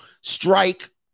Strike